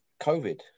COVID